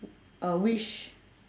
uh wish